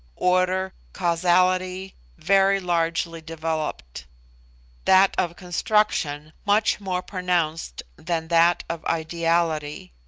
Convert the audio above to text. order, causality, very largely developed that of construction much more pronounced than that of ideality.